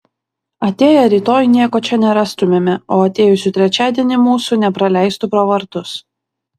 atėję rytoj nieko čia nerastumėme o atėjusių trečiadienį mūsų nepraleistų pro vartus